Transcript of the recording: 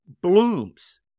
blooms